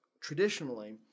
traditionally